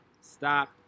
stop